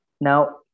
Now